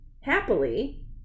happily